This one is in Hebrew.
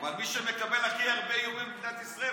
אבל מי שמקבל הכי הרבה איומים במדינת ישראל,